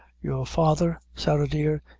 your father, sarah dear,